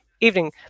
evening